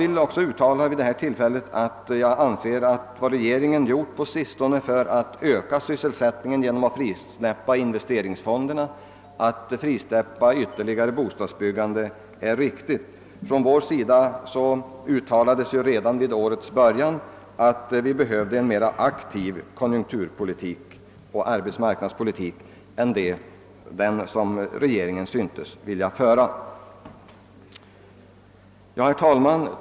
Vid detta tillfälle vill jag också framhålla, att jag anser att vad regeringen på sistone gjort för att öka sysselsättningen genom att frisläppa investeringsfonderna för ökade industriinvesteringar och att möjliggöra ytterligare bostadsbyggande är riktigt. Från vår sida uttalades redan vid årets början att vi behöver föra en mera aktiv konjunkturoch arbetsmarknadspolitik än vad regeringen synes vilja föra. Herr talman!